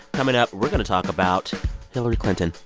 coming up, we're going to talk about hillary clinton.